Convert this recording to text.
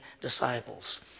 disciples